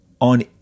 on